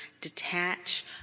detach